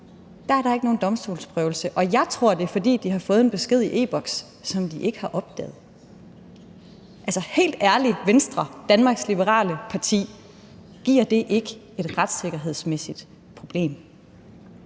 om, er der ikke nogen domstolsprøvelse, og jeg tror, det er, fordi de har fået en besked i e-Boks, som de ikke har opdaget. Altså, helt ærligt, vil jeg sige til Venstre, Danmarks Liberale Parti: Giver det ikke et retssikkerhedsmæssigt problem?